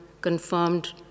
confirmed